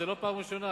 זו לא פעם ראשונה,